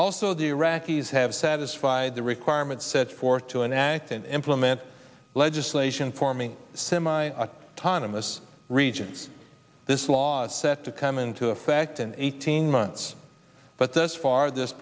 also the iraqis have satisfied the requirements set forth to and implement legislation forming semi autonomous regions this law set to come into effect in eighteen months but thus far this